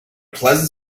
pleasant